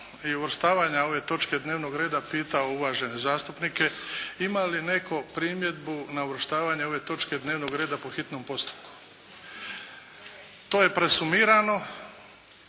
i uvrštavanja ove točke dnevnog reda pitao uvažene zastupnike ima li netko primjedbu na uvrštavanju ove točke dnevnog reda po hitnom postupku. To je presumirano